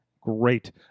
Great